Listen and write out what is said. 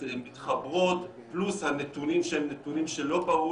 מתחברות פלוס הנתונים שהם נתונים שלא ברור